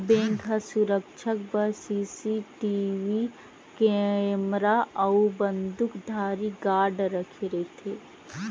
bank ह सुरक्छा बर सीसीटीवी केमरा अउ बंदूकधारी गार्ड राखे रहिथे